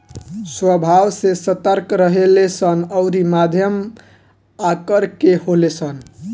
स्वभाव से सतर्क रहेले सन अउरी मध्यम आकर के होले सन